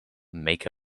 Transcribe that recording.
make